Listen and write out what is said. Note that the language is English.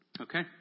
Okay